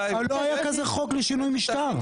אבל לא היה כזה חוק לשינוי משטר.